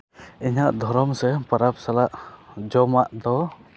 ᱤᱧᱟᱹᱜ ᱫᱷᱚᱨᱚᱢ ᱥᱮ ᱯᱚᱨᱚᱵᱽ ᱥᱟᱞᱟᱜ ᱡᱚᱢᱟᱜ ᱫᱚ